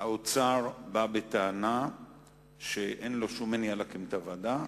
שהאוצר בא בטענה שאין לו שום מניעה להקמת הוועדה,